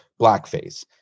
blackface